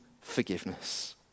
forgiveness